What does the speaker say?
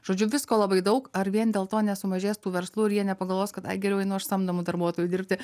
žodžiu visko labai daug ar vien dėl to nesumažės tų verslų ir jie nepagalvos kad ai geriau einu aš samdomu darbuotoju dirbti